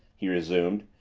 he resumed,